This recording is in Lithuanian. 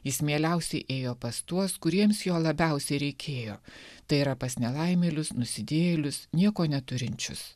jis mieliausiai ėjo pas tuos kuriems jo labiausiai reikėjo tai yra pas nelaimėlius nusidėjėlius nieko neturinčius